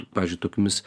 pavyzdžiui tokiomis